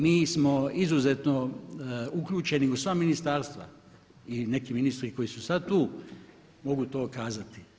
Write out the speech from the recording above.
Mi smo izuzetno uključeni u sva ministarstva i neki ministri koji su sad tu mogu to kazati.